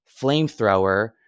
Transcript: flamethrower